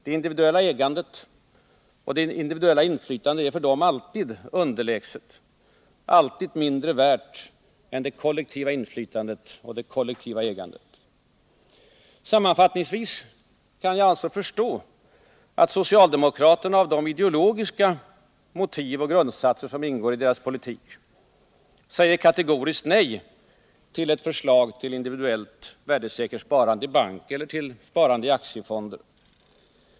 Det individuella ägandet Värdesäkert lön sparande Värdesäkert lönsparande och det individuella inflytandet är för socialdemokraterna alltid underlägset, alltid mindre värt än det kollektiva ägandet och det kollektiva inflytandet. Sammanfattningsvis kan jag alltså förstå att socialdemokraterna av de ideologiska motiv och grundsatser som ingår i deras politik säger kategoriskt nej till ett förslag om individuellt värdesäkert sparande i bank eller sparande i aktiefonder.